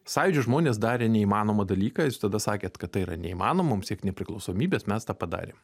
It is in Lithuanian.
sąjūdžio žmonės darė neįmanomą dalyką jūs tada sakėt kad tai yra neįmanoma mum siekt nepriklausomybės mes tą padarėm